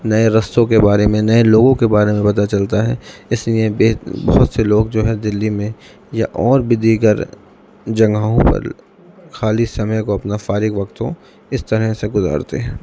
نئے رستوں کے بارے میں نئے لوگوں کے بارے میں پتہ چلتا ہے اس نئے بہت سے لوگ جو ہیں دلّی میں یا اور بھی دیگر جگہوں پر خالی سمے کو اپنا فارغ وقتوں اس طرح سے گزارتے ہیں